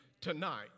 tonight